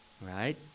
right